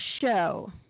show